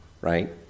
right